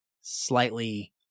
slightly